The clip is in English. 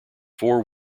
four